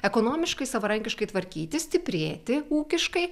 ekonomiškai savarankiškai tvarkytis stiprėti ūkiškai